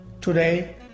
Today